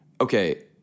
okay